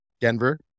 Denver